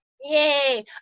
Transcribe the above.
Yay